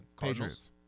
Patriots